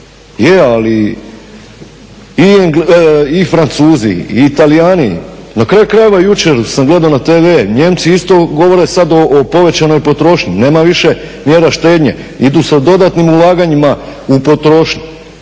je ali i Francuzi, i Talijani i na kraju krajeva jučer sam gledao na TV Nijemci isto govore o povećanoj potrošnji, nema više mjera štednje, idu sa dodatnim ulaganjima u potrošnju